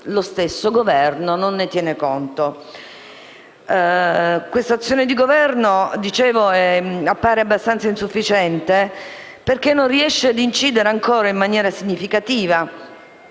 Eppure il Governo non ne tiene conto. L'azione del Governo appare abbastanza insufficiente, perché non riesce a incidere ancora in maniera significativa.